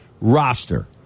roster